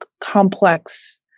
complex